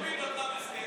המסכן הזה.